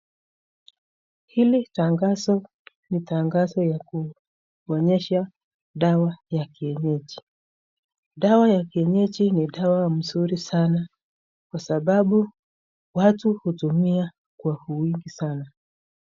Hili tangazo ni tangazo ya kuonyesha dawa ya kienyeji. Dawa ya kienyeji ni dawa mzuri sana kwa sababu watu hutumia kwa wingi sana.